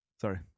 Sorry